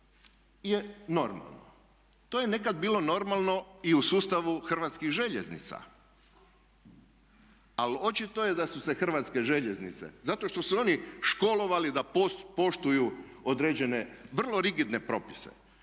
je normalno. To je nekad bilo normalno i u sustavu Hrvatskih željeznica, ali očito je da su se Hrvatske željeznice zato što su se oni školovali da poštuju određene vrlo rigidne propise.